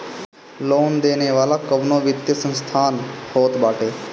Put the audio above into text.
loan देवे वाला कवनो वित्तीय संस्थान होत बाटे